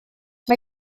mae